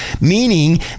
meaning